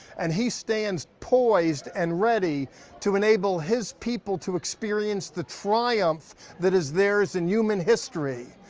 and he stands poised and ready to enable his people to experience the triumph that is their's in human history.